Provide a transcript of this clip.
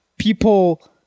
people